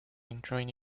enjoying